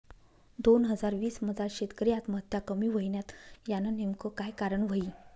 दोन हजार वीस मजार शेतकरी आत्महत्या कमी व्हयन्यात, यानं नेमकं काय कारण व्हयी?